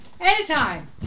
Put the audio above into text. Anytime